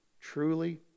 truly